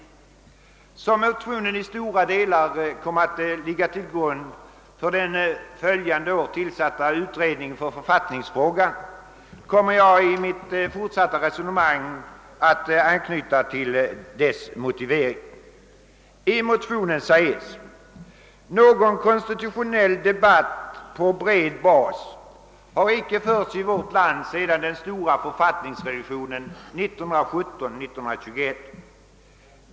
Eftersom motionen i stora delar kom att ligga till grund för den följande år tillsatta utredningen i författningsfrågan, kommer jag i mitt fortsatta resonemang att anknyta till dess motivering. I motionen heter det: »Någon konstitutionell debatt på bred bas har icke förts i vårt land sedan den stora författningsrevisionen 1917—1921.